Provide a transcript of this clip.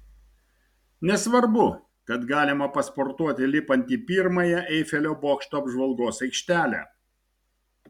nesvarbu kad galima pasportuoti lipant į pirmąją eifelio bokšto apžvalgos aikštelę